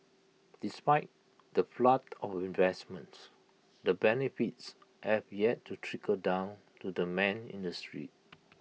despite the flood of investments the benefits have yet to trickle down to the man in the street